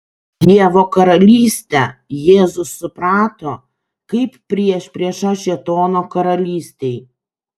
dievo karalystę jėzus suprato kaip priešpriešą šėtono karalystei